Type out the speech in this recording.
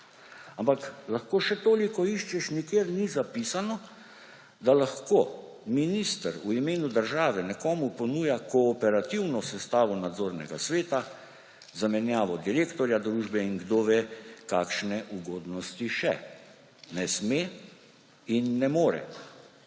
ampak lahko še toliko iščeš, nikjer ni zapisano, da lahko minister v imenu države nekomu ponuja kooperativno sestavo nadzornega sveta, zamenjavo direktorja družbe in kdo ve kakšne ugodnosti še. Ne sme in ne more!